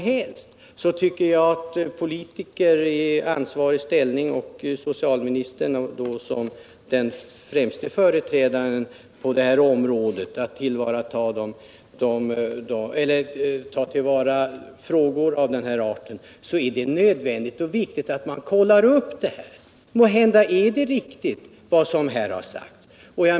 Det är nödvändigt att politiker i ansvarig ställning på det här området — med socialministern som den främste företrädaren — kollar upp vad tidningarna skriver.